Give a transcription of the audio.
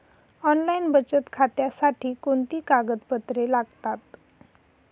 Online बचत खात्यासाठी कोणती कागदपत्रे लागतात?